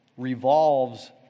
revolves